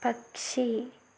പക്ഷി